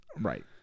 Right